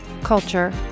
culture